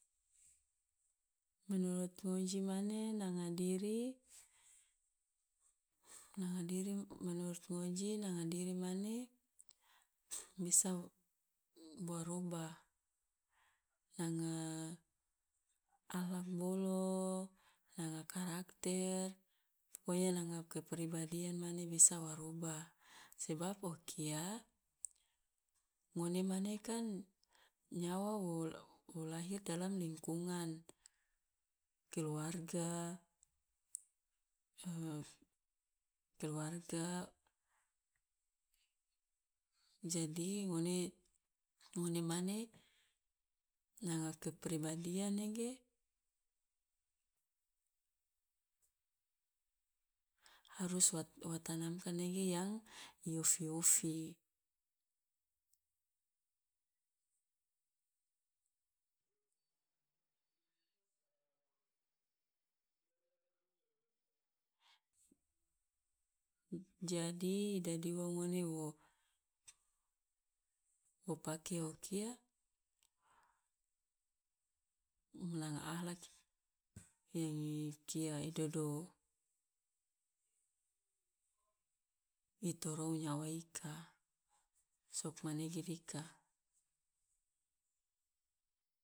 Menurut ngoji mane nanga diri nanga diri menurut ngoji nanga diri mane bisa ba robah nanga akhlak bolo, nanga karakter, pokonya nanga kepribadian mane bisa wa rubah, sebab o kia ngone mane kan nyawa wo wo lahir dalam lingkungan, keluarga, jo keluarga, jadi ngone ngone mane nanga kepribadian nege harus wa wa tanamkan nege yang i ofi- ofi, jadi i dadi ua ngone wo wo pake o kia nanga akhlak yang i kia i dodo i torou nyawa ika, sokmanege dika.